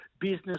business